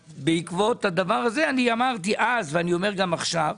בעקבות הדבר הזה אמרתי אז ואני אומר גם עכשיו,